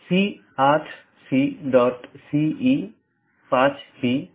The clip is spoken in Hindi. तो यह एक पूर्ण meshed BGP सत्र है